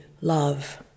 love